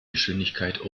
geschwindigkeit